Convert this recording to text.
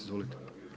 Izvolite.